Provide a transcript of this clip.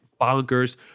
bonkers